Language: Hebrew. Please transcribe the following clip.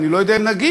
אני לא יודע אם נגיע,